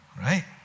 Right